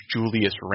Julius